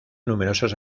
numerosos